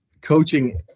coaching